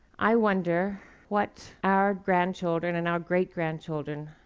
i wonder what our grandchildren and our great-grandchildren,